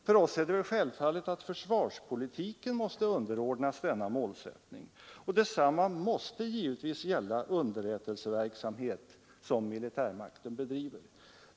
För oss är det självfallet att försvarspolitiken måste underordnas denna målsättning, och detsamma måste givetvis gälla underrättelseverksamhet som militärmakten bedriver.